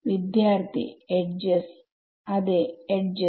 വിദ്യാർത്ഥി എഡ്ജസ് അതെ എഡ്ജസ്